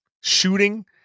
shooting